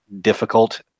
difficult